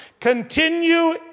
Continue